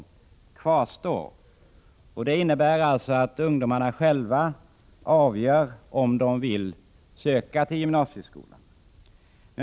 Denna regel kvarstår, och den innebär att ungdomarna själva avgör om de vill söka till gymnasieskolan.